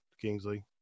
Kingsley